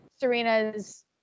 Serena's